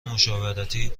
مشاورتی